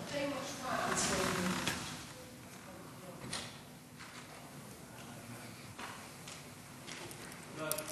ההצעה להעביר את הנושא לוועדת הפנים והגנת הסביבה נתקבלה בעד,